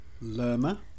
Lerma